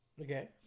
Okay